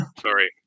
Sorry